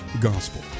gospel